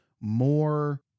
more